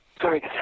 Sorry